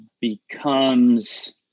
becomes